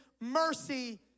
mercy